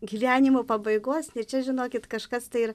gyvenimo pabaigos ir čia žinokit kažkas tai ir